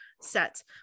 sets